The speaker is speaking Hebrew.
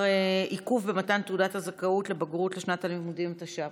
עיכוב במתן תעודת הזכאות לבגרות לשנת הלימודים תש"ף.